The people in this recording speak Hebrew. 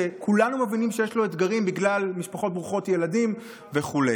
שכולנו מבינים שיש לו אתגרים בגלל משפחות ברוכות ילדים וכו'.